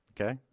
Okay